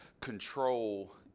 control